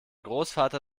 großvater